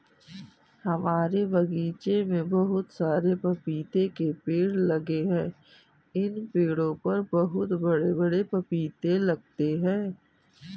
हमारे बगीचे में बहुत सारे पपीते के पेड़ लगे हैं इन पेड़ों पर बहुत बड़े बड़े पपीते लगते हैं